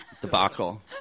Debacle